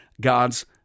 God's